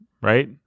right